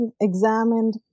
examined